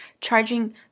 charging